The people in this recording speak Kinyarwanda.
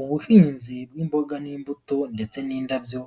Ubuhinzi bw'imboga n'imbuto ndetse n'indabyo